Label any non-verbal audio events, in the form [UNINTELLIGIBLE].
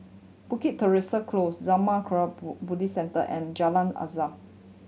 Bukit Teresa Close Zurmang Kagyud [UNINTELLIGIBLE] Buddhist Centre and Jalan Azam